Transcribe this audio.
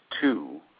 two